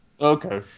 Okay